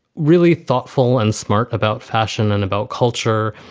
really thoughtful and. mark, about fashion and about culture.